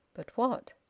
but what?